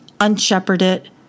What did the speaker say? unshepherded